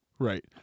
Right